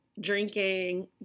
drinking